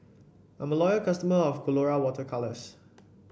I'm loyal customer of Colora Water Colours